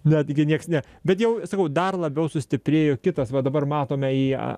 netgi niekas ne bet jau sakau dar labiau sustiprėjo kitas va dabar matome ją